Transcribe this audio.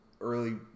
early